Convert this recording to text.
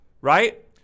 right